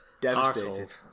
devastated